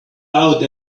out